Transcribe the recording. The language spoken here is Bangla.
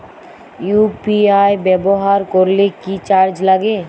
ইউ.পি.আই ব্যবহার করলে কি চার্জ লাগে?